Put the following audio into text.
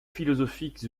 philosophiques